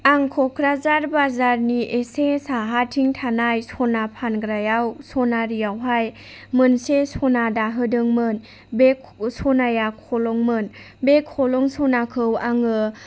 आं क'क्राझार बाजारनि एसे साहाथिं थानाय सना फानग्रायाव सनारियावहाय मोनसे सना दाहोदोंमोन बे सनाया खलंमोन बे खलं सनाखौ आङो